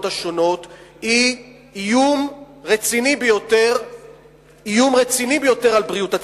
השונות היא איום רציני ביותר על בריאות הציבור.